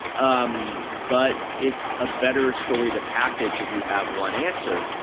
um but it's a better story to package of. you have one answer.